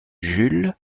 jules